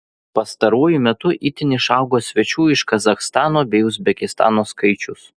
pastaruoju metu itin išaugo svečių iš kazachstano bei uzbekistano skaičius